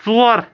ژور